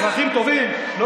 אזרחים טובים.